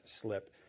slip